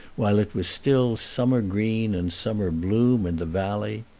while it was still summer green and summer bloom in the valley.